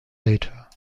later